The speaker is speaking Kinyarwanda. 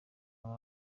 aba